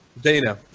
Dana